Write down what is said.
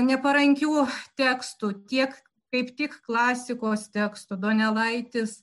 neparankių tekstų tiek kaip tik klasikos tekstų donelaitis